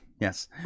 yes